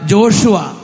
Joshua